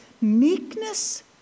meekness